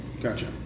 Gotcha